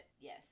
Yes